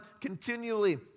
continually